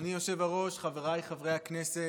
אדוני היושב-ראש, חבריי חברי הכנסת,